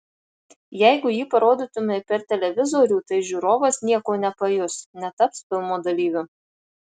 jeigu jį parodytumei per televizorių tai žiūrovas nieko nepajus netaps filmo dalyviu